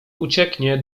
ucieknie